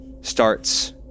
starts